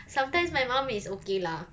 sometimes my mum is okay lah